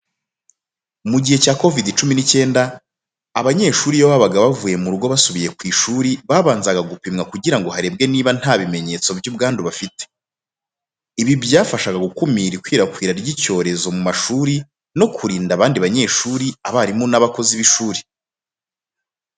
Mugihe cya COVID-19, abanyeshuri iyo babaga bavuye mu rugo basubiye ku ishuri babanzaga gupimwa kugira ngo harebwe niba nta bimenyetso by'ubwandu bafite. Ibi byafashaga gukumira ikwirakwira ry'icyorezo mu mashuri no kurinda abandi banyeshuri, abarimu n'abakozi b'ishuri.